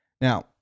Now